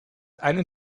einen